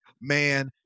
man